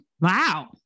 Wow